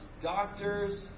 doctors